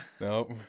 Nope